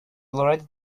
already